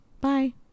Bye